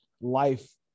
life